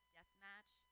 Deathmatch